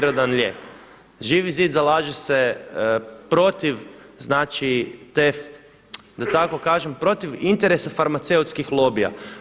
Živi zid zalaže se protiv, znači te da tako kažem, protiv interesa farmaceutskih lobija.